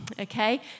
okay